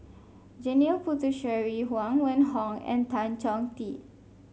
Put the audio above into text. Janil Puthucheary Huang Wenhong and Tan Chong Tee